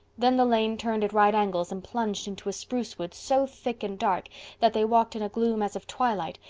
then the lane turned at right angles and plunged into a spruce wood so thick and dark that they walked in a gloom as of twilight,